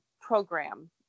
program